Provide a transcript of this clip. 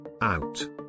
out